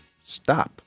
stop